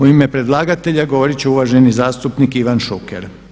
U ime predlagatelja govoriti će uvaženi zastupnik Ivan Šuker.